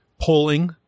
polling